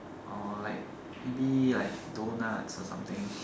or like maybe like donuts or something